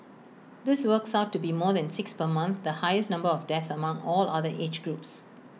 this works out to be more than six per month the highest number of deaths among all other age groups